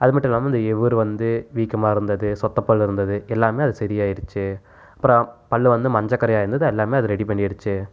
அது மட்டுலாமல் இந்த இவுரு வந்து வீக்கமாயிருந்தது சொத்தபல்லிருந்தது எல்லாமே அது சரியாய்டுச்சு அப்பறம் பல் வந்து மஞ்ச கறையா இருந்தது எல்லாமே அது ரெடி பண்ணிடுச்சு